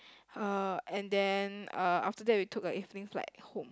uh and then uh after that we took a evening flight home